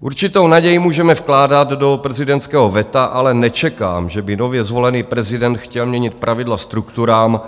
Určitou naději můžeme vkládat do prezidentského veta, ale nečekám, že by nově zvolený prezident chtěl měnit pravidla strukturám,